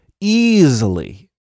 Easily